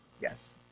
Yes